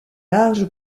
large